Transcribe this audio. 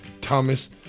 Thomas